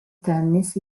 tennis